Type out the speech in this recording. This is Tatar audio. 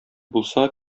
булса